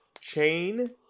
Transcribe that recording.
chain